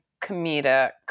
comedic